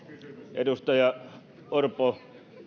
edustaja orpo